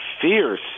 fierce